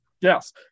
Yes